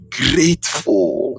grateful